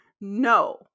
No